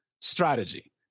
strategy